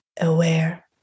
aware